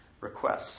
requests